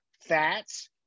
fats